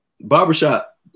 barbershop